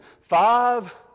five